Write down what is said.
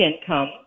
income